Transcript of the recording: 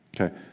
Okay